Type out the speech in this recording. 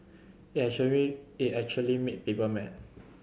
it it actually made people mad